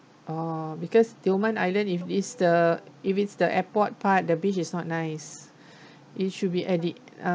orh because tioman island if it's the if it's the airport part the beach is not nice it should be at the uh